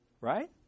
Right